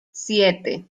siete